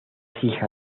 hija